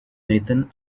nathan